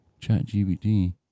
ChatGPT